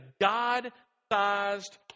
God-sized